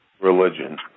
Religion